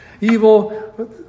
Evil